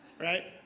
right